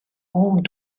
home